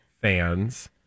fans